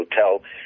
Hotel